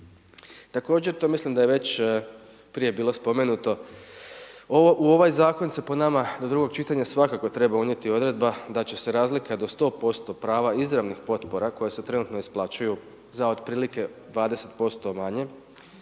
Također to mislim da je već prije bilo spomenuto u ovaj zakon se po nama do drugog čitanja svakako treba unijeti odredba da će se razlika do 100% prava izravnih potpora koje se trenutno isplaćuju za otprilike 20% manje